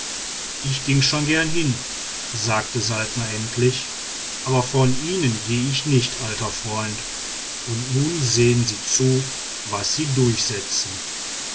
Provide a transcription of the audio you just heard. ich ging schon gern hin sagte saltner endlich aber von ihnen geh ich nicht alter freund und nun sehen sie zu was sie durchsetzen